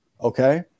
Okay